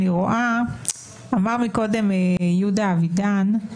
אמר קודם יהודה אבידן,